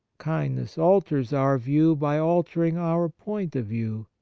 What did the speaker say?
kindness alters our view by altering our point of view.